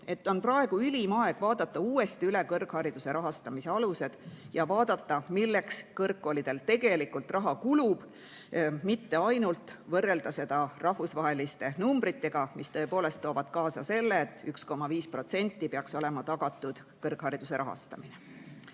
et praegu on ülim aeg vaadata uuesti üle kõrghariduse rahastamise alused ja see, milleks kõrgkoolidel tegelikult raha kulub, mitte ainult võrrelda seda rahvusvaheliste numbritega, mis tõepoolest toovad kaasa selle, et 1,5%‑ga peaks olema tagatud kõrghariduse rahastamine.